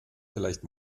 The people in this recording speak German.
vielleicht